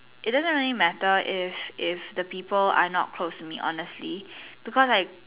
it doesn't really matter if if the people are not really close to me honestly because I'm